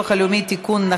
אני אמתין,